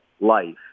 life